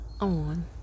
on